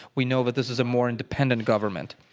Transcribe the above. we know that this is a more independent government.